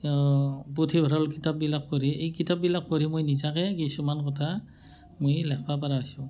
পুথিভঁৰালৰ কিতাপবিলাক পঢ়ি এই কিতাপবিলাক পঢ়ি মই নিজাকৈ কিছুমান কথা মই লেখিব পৰা হৈছোঁ